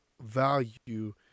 value